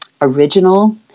original